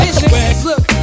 Look